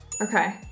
Okay